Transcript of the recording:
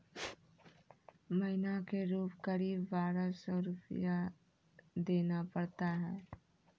महीना के रूप क़रीब बारह सौ रु देना पड़ता है?